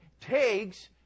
takes